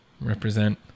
represent